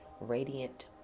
radiant